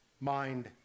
mind